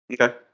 Okay